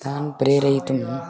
तान् प्रेरयितुम्